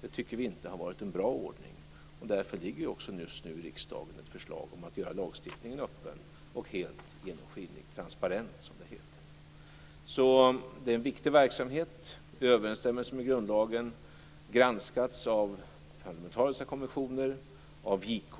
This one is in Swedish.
Det tycker vi inte har varit en bra ordning. Därför ligger just nu i riksdagen ett förslag om att göra lagstiftningen öppen och helt genomskinlig, transparent, som det heter. Det här är en viktig verksamhet som bedrivs i överensstämmelse med grundlagen och granskas av parlamentariska kommissioner och av JK.